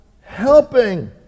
helping